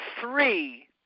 three